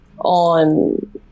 on